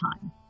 time